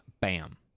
Bam